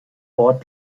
ort